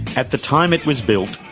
at the time it was built,